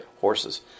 horses